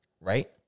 Right